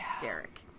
Derek